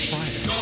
Friday